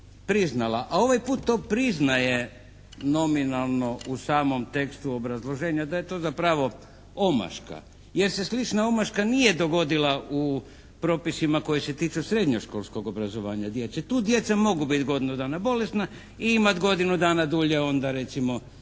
a ovaj put to priznaje nominalno u samom tekstu obrazloženja da je to zapravo omaška, jer se slična omaška nije dogodila u propisima koji se tiču srednjoškolskog obrazovanja djece. Tu djeca mogu biti godinu dana bolesna i imat godinu dana dulje onda recimo dječji